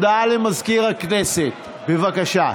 הודעה למזכיר הכנסת, בבקשה.